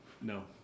No